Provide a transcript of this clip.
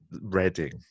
reading